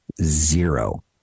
zero